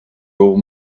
old